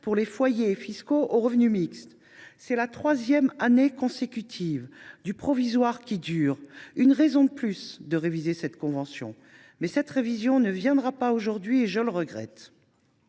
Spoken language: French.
pour les foyers fiscaux aux revenus mixtes. C’est la troisième année consécutive ! Du provisoire qui dure ! Une raison de plus de réviser cette convention. Mais cette révision ne viendra pas aujourd’hui, et je le regrette.